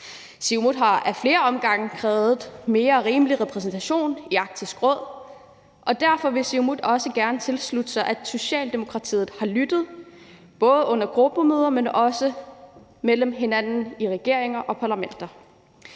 Siumut har af flere omgange krævet en mere rimelig repræsentation i Arktisk Råd, og derfor vil Siumut også gerne tilslutte sig, at Socialdemokratiet har lyttet, både under gruppemøder, men også mellem hinanden i regeringer og parlamenter.